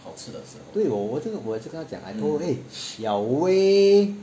对我这个我也是跟她讲 I told her eh you are way